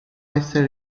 essere